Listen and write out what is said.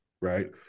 right